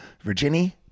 Virginia